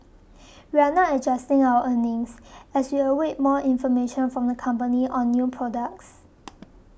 we are not adjusting our earnings as we await more information from the company on new products